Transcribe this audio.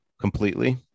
completely